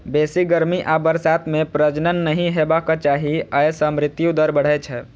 बेसी गर्मी आ बरसात मे प्रजनन नहि हेबाक चाही, अय सं मृत्यु दर बढ़ै छै